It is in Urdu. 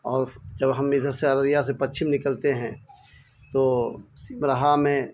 اور جب ہم ادھر سے ارریہ سے پچھم نکلتے ہیں تو سمبرہا میں